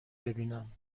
ببینم